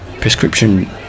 prescription